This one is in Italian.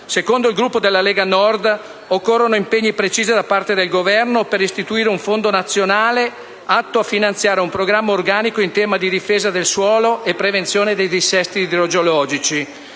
Secondo il Gruppo della Lega Nord, occorrono impegni precisi da parte del Governo per restituire un fondo nazionale atto a finanziare un programma organico in tema di difesa del suolo e di prevenzione dei dissesti idrogeologici,